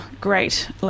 great